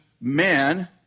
man